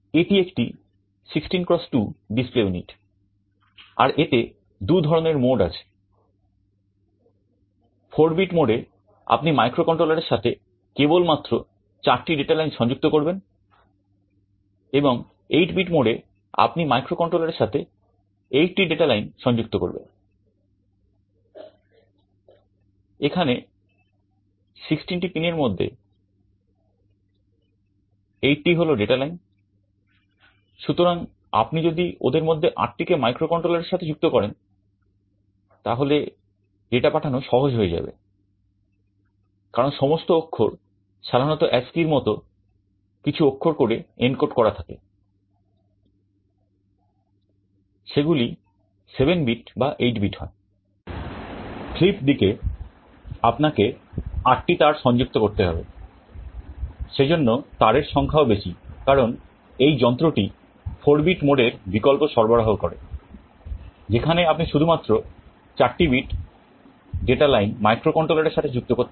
এটি একটি 16 x 2 display unit আর এতে দুধরনের মোড আছে 4 বিট মোড এ আপনি মাইক্রোকন্ট্রোলারের সাথে কেবল মাত্র 4 টি ডাটা লাইন করা থাকে সেগুলি 7 বিট বা 8 বিট হয়